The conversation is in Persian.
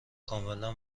کاملا